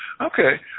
Okay